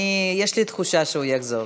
אני, יש לי תחושה שהוא יחזור.